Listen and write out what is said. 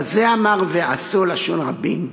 לזה אמר: ועשו, לשון רבים.